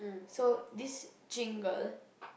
so this Jing girl